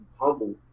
humble